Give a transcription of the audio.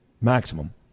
maximum